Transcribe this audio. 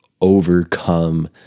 overcome